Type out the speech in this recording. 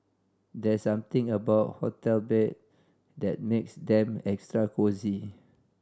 there's something about hotel bed that makes them extra cosy